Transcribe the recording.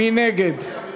מי נגד?